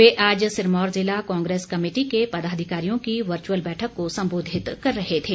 वे आज सिरमौर जिला कांग्रेस कमेटी के पदाधिकारियों की वचुर्अल बैठक को संबोधित कर रहे थे